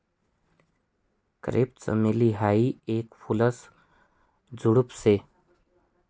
crepe चमेली हायी येक फुलेसन झुडुप शे